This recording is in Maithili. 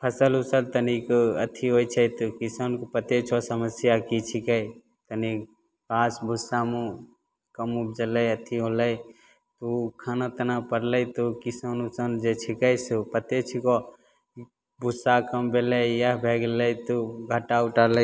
फसिल उसिल तनिक अथी होइ छै तऽ किसानके पते छऽ समस्या कि छिकै कनि घास भुस्सामे कम उपजलै अथी होलै ओ खाना ताना पड़लै तऽ ओ किसान उसान जे छिकै से ओ पते छिकऽ भुस्सा कम भेलै इएह भै गेलै तऽ घाटा उटा लागि